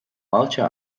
fáilte